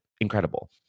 Incredible